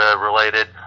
related